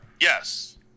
Yes